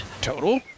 Total